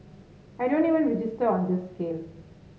I don't even register on this scale